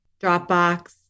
Dropbox